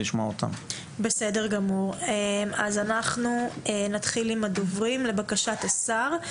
בסדר גמור, נתחיל עם הדוברים לבקשת השר.